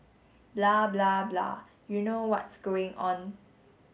blah blah blah you know what's going on